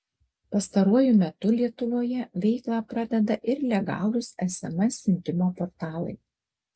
pastaruoju metu lietuvoje veiklą pradeda ir legalūs sms siuntimo portalai